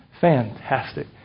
fantastic